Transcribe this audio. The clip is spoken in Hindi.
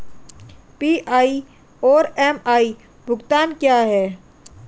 पी.आई और एम.आई भुगतान क्या हैं?